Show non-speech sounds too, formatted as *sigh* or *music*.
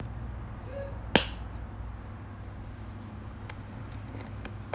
*noise*